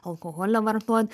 alkoholio vartot